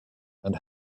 and